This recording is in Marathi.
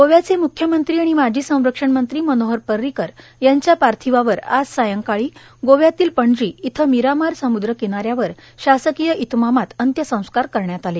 गोव्याचे म्ख्यमंत्री आणि माजी संरक्षण मंत्री मनोहर पर्रिकर यांच्या पार्थिवावर आज संध्याकाळी गोव्यातील पणजी इथल्या मीरामार समुद्र किनाऱ्यावर शासकीय इतमामात अंत्यसंस्कार करण्यात आले